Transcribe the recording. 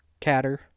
catter